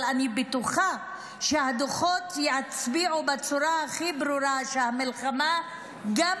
אבל אני בטוחה שהדוחות יצביעו בצורה הכי ברורה שהמלחמה גם